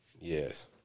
Yes